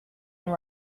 and